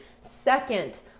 second